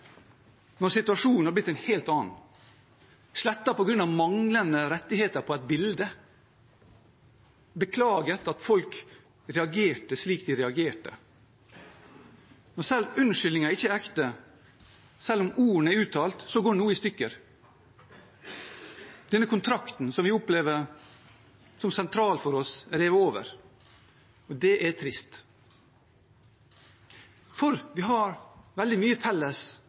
Når selv unnskyldninger ikke er ekte, selv om ordene er uttalt, går noe i stykker. Denne kontrakten, som vi opplever som sentral for oss, er revet over. Det er trist. For vi har veldig mye felles